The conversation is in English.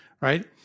right